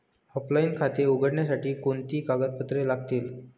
Offline खाते उघडण्यासाठी कोणती कागदपत्रे लागतील?